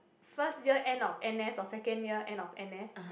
first year end of n_s or second year end of n_s